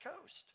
Coast